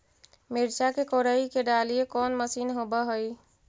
मिरचा के कोड़ई के डालीय कोन मशीन होबहय?